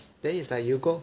then is like you go